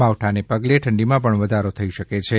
માવઠાને પગલે ઠંડીમાં પણ વધારો થઇ શકે છિ